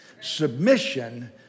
Submission